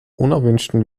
unerwünschten